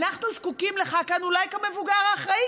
אנחנו זקוקים לך כאן אולי כמבוגר האחראי,